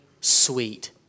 sweet